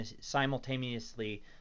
simultaneously